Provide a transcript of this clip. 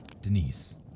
Denise